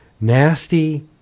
Nasty